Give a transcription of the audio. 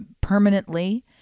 permanently